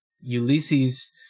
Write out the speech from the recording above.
Ulysses